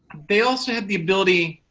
they also have the ability,